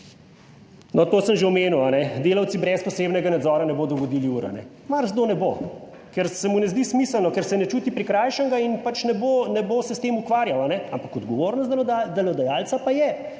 to sem že omenil, delavci brez posebnega nadzora ne bodo vodili ure, marsikdo ne bo, ker se mu ne zdi smiselno, ker se ne čuti prikrajšanega in pač ne bo se s tem ukvarjal, ampak odgovornost delodajalca pa je,